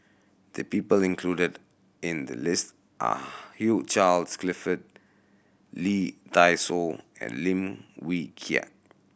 the people included in the list are Hugh Charles Clifford Lee Dai Soh and Lim Wee Kiak